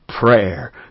prayer